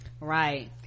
right